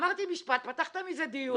לא סיימתי את דבריי --- לא.